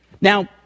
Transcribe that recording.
Now